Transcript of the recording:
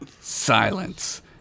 silence